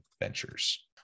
ventures